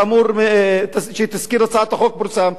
לפי תזכיר הצעת החוק שפורסם,